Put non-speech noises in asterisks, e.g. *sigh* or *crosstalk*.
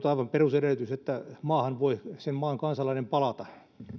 *unintelligible* aivan perusedellytys että maahan voi sen maan kansalainen palata